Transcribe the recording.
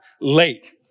late